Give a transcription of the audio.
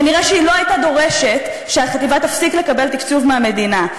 כנראה היא לא הייתה דורשת שהחטיבה תפסיק לקבל תקצוב מהמדינה.